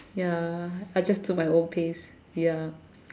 ya I just do at my own pace ya